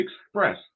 express